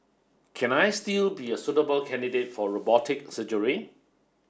can I still be a suitable candidate for robotic surgery